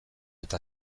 eta